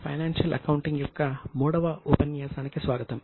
financial accounting యొక్క మూడవ ఉపన్యాసానికి స్వాగతం